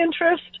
interest